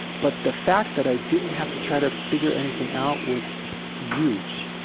but the fact that i didn't have to try to figure anything out was huge.